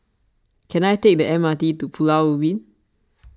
can I take the M R T to Pulau Ubin